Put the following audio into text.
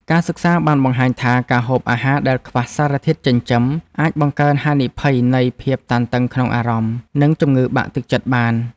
ការសិក្សាបានបង្ហាញថាការហូបអាហារដែលខ្វះសារធាតុចិញ្ចឹមអាចបង្កើនហានិភ័យនៃភាពតានតឹងក្នុងអារម្មណ៍ និងជំងឺបាក់ទឹកចិត្តបាន។